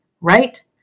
right